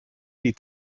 die